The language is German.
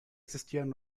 existieren